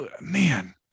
man